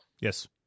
Yes